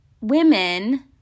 women